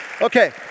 Okay